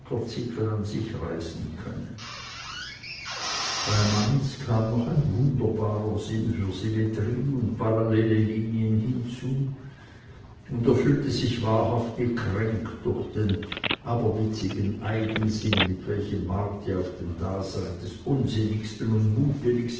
ackerzipfel an sich reißen könne bei manz kam noch ein wunderbarer sinn für symmetrie und parallele linien hinzu und er fühlte sich wahrhaft gekränkt durch den aberwitzigen eigensinn mit welchem marti auf dem dasein des unsinnigsten und